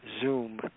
Zoom